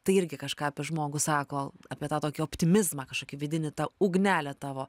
tai irgi kažką apie žmogų sako apie tą tokį optimizmą kažkokį vidinį tą ugnelę tavo